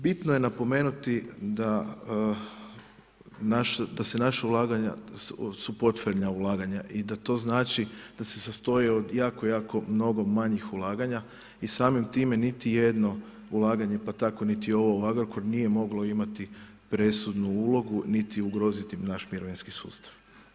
Bitno je napomenuti da su naša ulaganja portfeljna ulaganja i da to znači da se sastoji od jako, jako mnogo manjih ulaganja i samim time niti jedno ulaganja, pa tako niti ovo u Agrokor nije moglo imati presudnu ulogu, niti ugroziti naš mirovinski sustav.